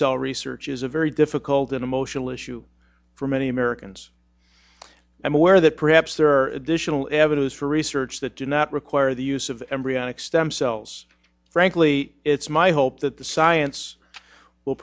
cell research is a very difficult and emotional issue for many americans i'm aware that perhaps there are additional avenues for research that do not require the use of embryonic stem cells frankly it's my hope that the science will